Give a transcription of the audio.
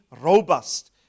robust